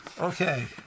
Okay